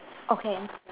okay